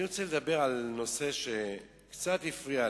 אני רוצה לדבר על נושא שקצת הפריע לי.